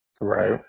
Right